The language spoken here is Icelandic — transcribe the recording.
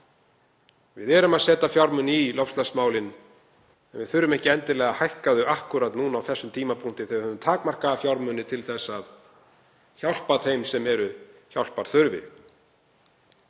Við setjum fjármuni í loftslagsmálin en við þurfum ekki endilega að hækka framlögin þar akkúrat núna, á þessum tímapunkti, þegar við höfum takmarkaða fjármuni til að hjálpa þeim sem eru hjálpar þurfi.